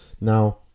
Now